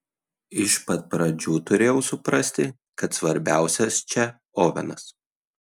iš pat pradžių turėjau suprasti kad svarbiausias čia ovenas